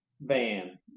van